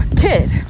kid